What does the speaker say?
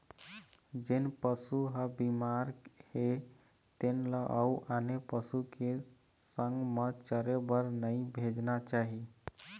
जेन पशु ह बिमार हे तेन ल अउ आने पशु के संग म चरे बर नइ भेजना चाही